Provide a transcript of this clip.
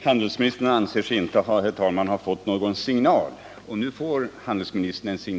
Herr talman! Handelsministern anser sig inte ha fått någon signal. Nu får han en ifrån mig.